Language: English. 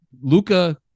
Luca